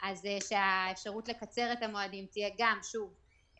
אז שהאפשרות לקצר את המועדים תהיה גם כן דו-כיוונית.